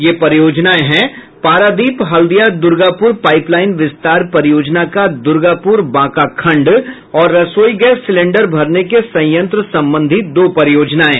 ये परियोजनाएं हैं पारादीप हल्दिया दुर्गापुर पाइपलाइन विस्तार परियोजना का दुर्गापुर बांका खंड और रसोई गैस सिलेण्डर भरने के संयंत्र संबंधी दो परियोजनाएं